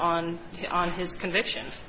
on on his convictions